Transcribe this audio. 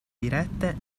dirette